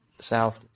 south